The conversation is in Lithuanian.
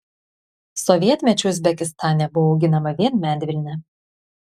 sovietmečiu uzbekistane buvo auginama vien medvilnė